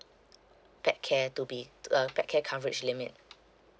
pet care to be uh pet care coverage limit